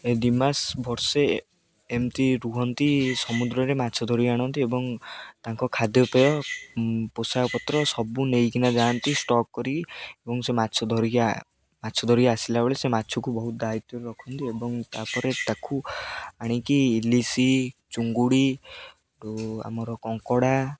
ଏ ଦୁଇମାସ ବର୍ଷେ ଏମିତି ରୁହନ୍ତି ସମୁଦ୍ରରେ ମାଛ ଧରିକି ଆଣନ୍ତି ଏବଂ ତାଙ୍କ ଖାଦ୍ୟପେୟ ପୋଷାକପତ୍ର ସବୁ ନେଇକିନା ଯାଆନ୍ତି ଷ୍ଟକ୍ କରିକି ଏବଂ ସେ ମାଛ ଧରିକି ମାଛ ଧରିକି ଆସିଲା ବେଳେ ସେ ମାଛକୁ ବହୁତ ଦାୟିତ୍ୱରେ ରଖନ୍ତି ଏବଂ ତାପରେ ତାକୁ ଆଣିକି ଇଲିଶି ଚୁଙ୍ଗୁଡ଼ି ଓ ଆମର କଙ୍କଡ଼ା